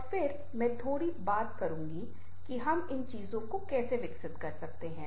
और फिर मैं थोड़ी बात करूंगा कि हम इन चीजों को कैसे विकसित कर सकते हैं